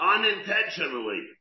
Unintentionally